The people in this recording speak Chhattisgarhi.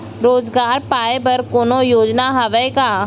रोजगार पाए बर कोनो योजना हवय का?